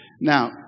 Now